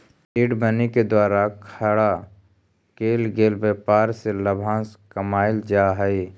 seed money के द्वारा खड़ा केल गेल व्यापार से लाभांश कमाएल जा हई